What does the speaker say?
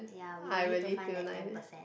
ya we need to find that ten percent